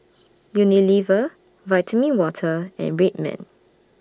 Unilever Vitamin Water and Red Man